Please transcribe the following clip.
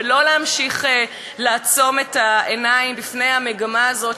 ולא להמשיך לעצום את העיניים בפני המגמה הזאת,